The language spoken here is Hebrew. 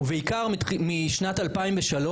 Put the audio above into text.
ובעיקר משנת 2003,